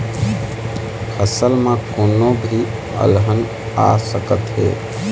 फसल म कोनो भी अलहन आ सकत हे